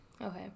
Okay